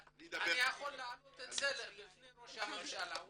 אני יכול להעלות את זה בפני ראש הממשלה ,